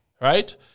right